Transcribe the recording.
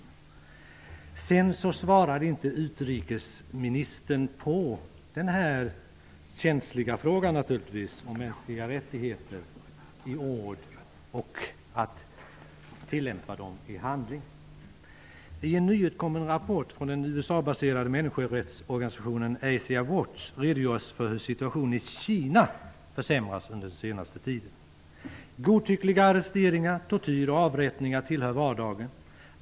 Utrikesministern svarade inte på den naturligtvis känsliga frågan om mänskliga rättigheter, att det inte bara får vara ord utan också tillämpas i praktisk handling. I en nyligen utkommen rapport från den USA Watch redogörs för att situationen i Kina har försämrats under den senaste tiden. Godtyckliga arresteringar, tortyr och avrättningar tillhör vardagen.